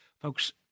folks